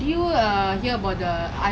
boys are no good you know